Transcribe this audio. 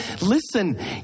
listen